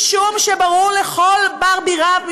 ברור לכל בר-בי-רב,